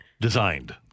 designed